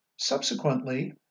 Subsequently